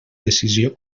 decisió